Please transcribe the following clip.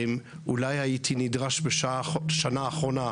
אולי הייתי נדרש בשנה האחרונה,